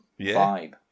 vibe